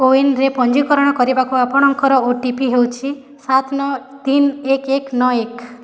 କୋୱିନ୍ରେ ପଞ୍ଜୀକରଣ କରିବାକୁ ଆପଣଙ୍କର ଓ ଟି ପି ହେଉଛି ସାତ ନଅ ତିନ ଏକ ଏକ ନଅ ଏକ